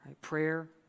Prayer